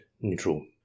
neutral